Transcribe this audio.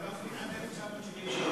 הרב גפני,